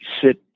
sit